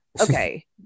okay